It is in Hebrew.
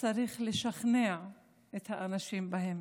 צריך לשכנע את האנשים בהם,